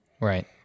right